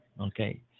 Okay